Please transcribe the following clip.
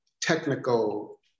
technical